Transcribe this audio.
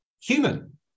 human